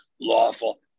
lawful